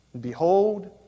Behold